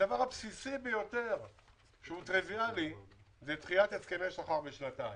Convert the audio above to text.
הדבר הבסיסי ביותר שהוא טריוויאלי הוא דחיית הסכמי שכר בשנתיים.